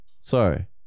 Sorry